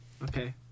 Okay